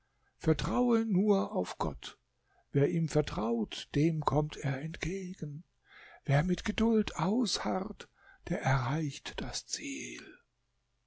vertraue nur auf gott wer ihm vertraut dem kommt er entgegen wer mit geduld ausharrt der erreicht das ziel